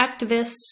activists